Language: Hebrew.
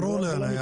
ברור לי.